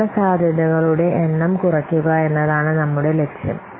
അപകടസാധ്യതകളുടെ എണ്ണം കുറയ്ക്കുക എന്നതാണ് നമ്മുടെ ലക്ഷ്യം